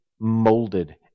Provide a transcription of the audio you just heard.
molded